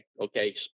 okay